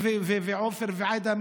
ועופר ועאידה,